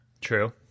True